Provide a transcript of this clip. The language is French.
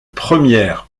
première